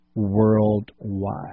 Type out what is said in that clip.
worldwide